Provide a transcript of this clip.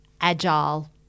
agile